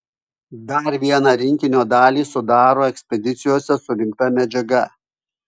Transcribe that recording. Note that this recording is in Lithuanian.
dar vieną rinkinio dalį sudaro ekspedicijose surinkta medžiaga